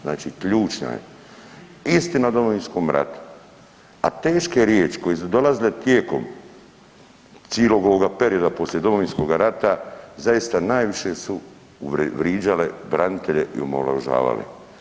Znači, ključna je istina o Domovinskom ratu, a teške riječi koje su dolazile tijekom cijelog ovog perioda poslije Domovinskoga rata zaista najviše su vrijeđale branitelje i omalovažavale.